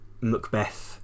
Macbeth